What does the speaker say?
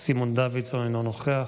סימון דוידסון, אינו נוכח,